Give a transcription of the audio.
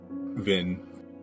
Vin